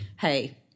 hey